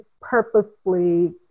purposely